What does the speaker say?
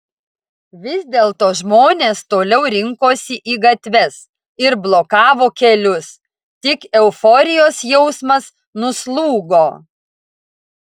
vis dėlto žmonės toliau rinkosi į gatves ir blokavo kelius tik euforijos jausmas nuslūgo